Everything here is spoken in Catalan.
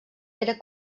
era